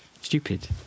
stupid